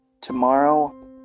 tomorrow